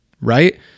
right